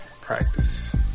practice